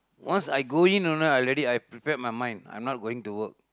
once I go in you know I already I prepared my mind I am not going to work